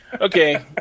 Okay